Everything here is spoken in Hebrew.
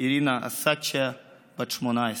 אירנה אוסדצ'י, בת 18,